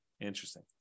interesting